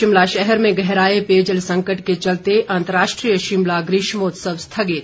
शिमला शहर में गहराए पेयजल संकट के चलते अंतर्राष्ट्रीय शिमला ग्रीष्मोत्सव स्थगित